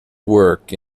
work